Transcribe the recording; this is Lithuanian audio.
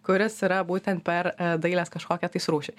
kuris yra būtent per dailės kažkokią tais rūšį